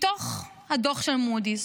מתוך הדוח של מודי'ס,